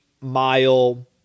mile